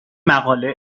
مقاله